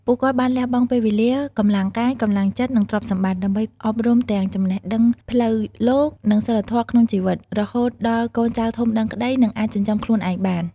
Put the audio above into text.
ពួកគាត់បានលះបង់ពេលវេលា កម្លាំងកាយ កម្លាំងចិត្ត និងទ្រព្យសម្បត្តិ ដើម្បីអប់រំទាំងចំណេះដឹងផ្លូវលោក និងសីលធម៌ក្នុងជីវិត រហូតដល់កូនចៅធំដឹងក្តី និងអាចចិញ្ចឹមខ្លួនឯងបាន។